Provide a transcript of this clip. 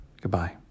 Goodbye